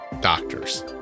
doctors